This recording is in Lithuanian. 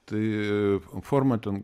tai formą ten